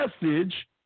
message